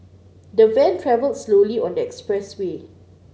the van travelled slowly on the express way